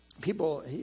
people